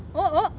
oh oh